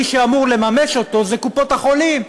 מי שאמורות לממש אותו הן קופות-החולים.